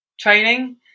training